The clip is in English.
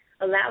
allow